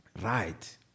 right